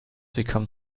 become